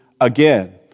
again